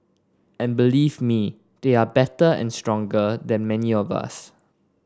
and believe me they are better and stronger than many of us